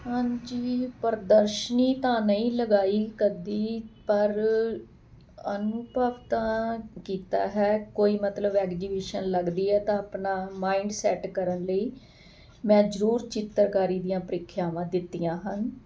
ਹਾਂਜੀ ਪ੍ਰਦਰਸ਼ਨੀ ਤਾਂ ਨਹੀਂ ਲਗਾਈ ਕਦੀ ਪਰ ਅਨੁਭਵ ਤਾਂ ਕੀਤਾ ਹੈ ਕੋਈ ਮਤਲਬ ਐਗਜੀਬਿਸ਼ਨ ਲੱਗਦੀ ਹੈ ਤਾਂ ਆਪਣਾ ਮਾਇੰਡ ਸੈੱਟ ਕਰਨ ਲਈ ਮੈਂ ਜ਼ਰੂਰ ਚਿੱਤਰਕਾਰੀ ਦੀਆਂ ਪ੍ਰੀਖਿਆਵਾਂ ਦਿੱਤੀਆਂ ਹਨ